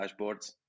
dashboards